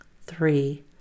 Three